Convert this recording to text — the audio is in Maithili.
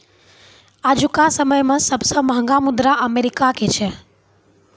आजुका समय मे सबसे महंगा मुद्रा अमेरिका के छै